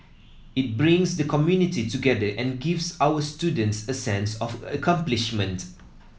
it brings the community together and gives our students a sense of accomplishment